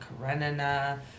Karenina